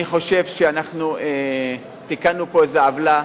אני חושב שאנחנו תיקנו פה איזו עוולה.